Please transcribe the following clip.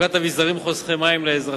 וחלוקת אביזרים חוסכי-מים לאזרחים.